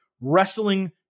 wrestling